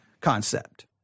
concept